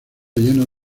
lleno